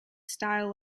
style